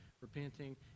repenting